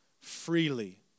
freely